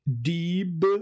deep